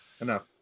Enough